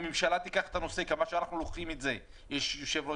הממשלה תיקח את הנושא כמו שאנחנו לוקחים את זה יש יושב-ראש